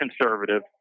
conservative